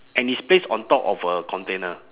and it's placed on top of a container